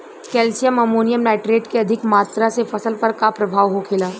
Calcium ammonium nitrate के अधिक मात्रा से फसल पर का प्रभाव होखेला?